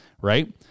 right